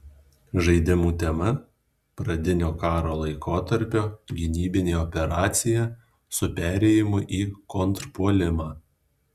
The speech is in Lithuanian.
žaidimų tema pradinio karo laikotarpio gynybinė operacija su perėjimu į kontrpuolimą